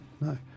No